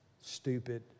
stupid